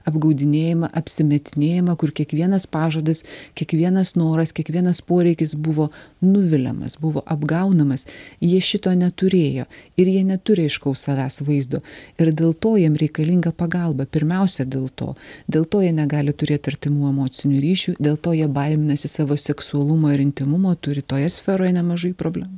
apgaudinėjama apsimetinėjama kur kiekvienas pažadas kiekvienas noras kiekvienas poreikis buvo nuviliamas buvo apgaunamas jie šito neturėjo ir jie neturi aiškaus savęs vaizdo ir dėl to jam reikalinga pagalba pirmiausia dėl to dėl to jie negali turėt artimų emocinių ryšių dėl to jie baiminasi savo seksualumo ir intymumo turi toje sferoje nemažai problemų